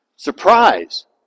Surprise